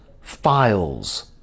files